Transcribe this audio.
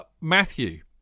matthew